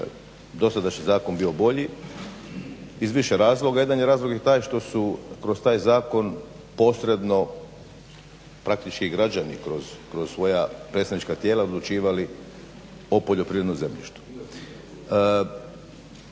dosadašnji zakon bio bolji iz više razloga. Jedan je razlog i taj što su kroz taj zakon posredno praktički građani kroz svoja predstavnička tijela odlučivali o poljoprivrednom zemljištu.